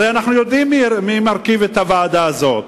הרי אנו יודעים מי חברים בוועדה הזאת.